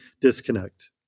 disconnect